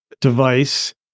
device